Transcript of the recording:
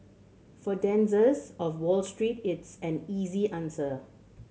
for denizens of Wall Street it's an easy answer